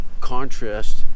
contrast